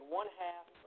one-half